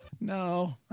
No